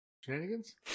Shenanigans